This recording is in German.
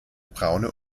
braune